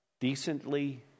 decently